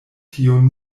tiun